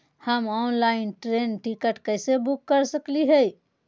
हम online train ticket कैसे book कर सकली हई?